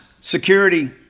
Security